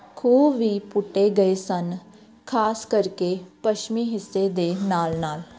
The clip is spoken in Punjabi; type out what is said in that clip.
ਖੂਹ ਵੀ ਪੁੱਟੇ ਗਏ ਸਨ ਖ਼ਾਸ ਕਰਕੇ ਪੱਛਮੀ ਹਿੱਸੇ ਦੇ ਨਾਲ ਨਾਲ